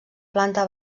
planta